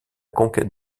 conquête